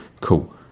Cool